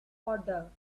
odor